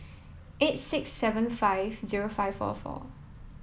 eight six seven five zero five four four